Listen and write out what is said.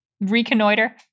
reconnoiter